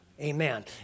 Amen